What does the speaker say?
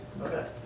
okay